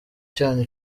cyanyu